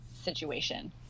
situation